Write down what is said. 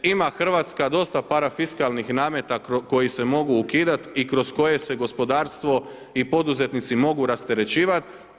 Ima Hrvatska dosta parafiskalnih nameta koji se mogu ukidati i kroz koje se gospodarstvo i poduzetnici mogu rasterećivati.